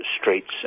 streets